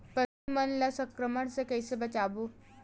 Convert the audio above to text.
पशु मन ला संक्रमण से कइसे बचाबो?